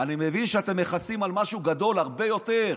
אני מבין שאתם מכסים על משהו גדול הרבה יותר,